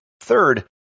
Third